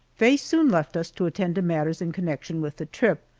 faye soon left us to attend to matters in connection with the trip,